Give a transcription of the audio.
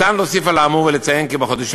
אפשר להוסיף על האמור ולציין כי בחודשים